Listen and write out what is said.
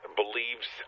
believes